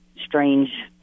strange